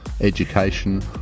Education